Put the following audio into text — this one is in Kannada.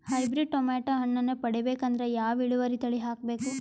ಹೈಬ್ರಿಡ್ ಟೊಮೇಟೊ ಹಣ್ಣನ್ನ ಪಡಿಬೇಕಂದರ ಯಾವ ಇಳುವರಿ ತಳಿ ಹಾಕಬೇಕು?